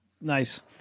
nice